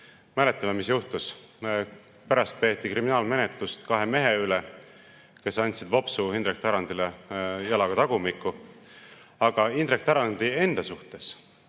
Mäletame, mis juhtus. Pärast algatati kriminaalmenetlus kahe mehe vastu, kes andsid vopsu Indrek Tarandile jalaga tagumikku, aga Indrek Tarandi enda suhtes